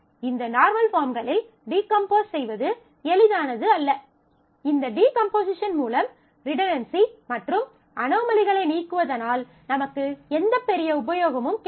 இந்த நார்மல் பாஃர்ம்களில் டீகம்போஸ் செய்வது எளிதானது அல்ல இந்த டீகம்போசிஷன் மூலம் ரிடன்டன்சி மற்றும் அனோமலிகளை நீக்குவதனால் நமக்கு எந்த பெரிய உபயோகமும் கிடையாது